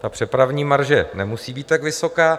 Ta přepravní marže nemusí být tak vysoká.